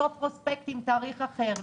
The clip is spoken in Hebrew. אותו פרוספקט עם תאריך אחר,